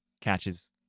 catches